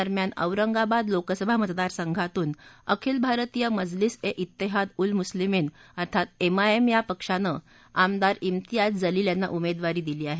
दरम्यान औरंगाबाद लोकसभा मतदारसंघातून अखिल भारतीय मजलिस ए जैहाद उल् मुस्लिमीन एमआयएम या पक्षानं आमदार ाम्तियाज जलील यांना उमेदवारी दिली आहे